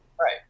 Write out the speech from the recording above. Right